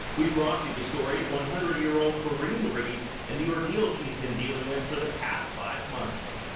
we brought you the story of one hundred year old corine reed and the ordeal she's been dealing with for the past five months.